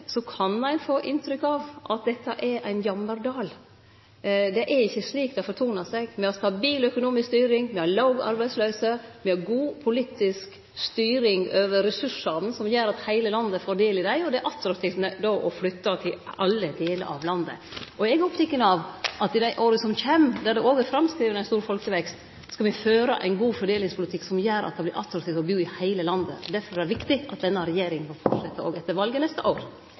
kan ein få inntrykk av at dette er ein jammerdal. Det er ikkje slik det fortonar seg. Me har stabil økonomisk styring, me har låg arbeidsløyse, me har god politisk styring over ressursane, noko som gjer at heile landet får del i dei, og det er då attraktivt å flytte til alle delar av landet. Eg er oppteken av at i dei åra som kjem, der det òg er framskrive ein stor folkevekst, skal me føre ein god fordelingspolitikk som gjer at det vert attraktivt å bu i heile landet. Derfor er det viktig at denne regjeringa får fortsetje òg etter valet neste år.